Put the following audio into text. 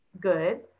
good